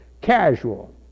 Casual